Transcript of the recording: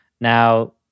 now